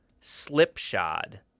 Slipshod